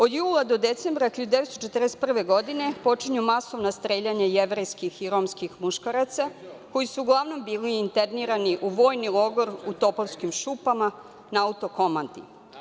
Od jula do decembra 1941. godine počinju masovna streljanja jevrejskih i romskih muškaraca koji su uglavnom bili internirani u vojni logor u Topovskim šupama na Autokomandi.